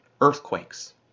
earthquakes